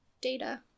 data